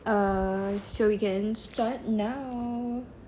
uh so we can start now